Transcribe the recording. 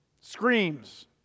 Screams